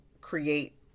create